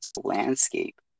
landscape